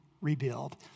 rebuild